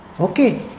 Okay